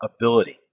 ability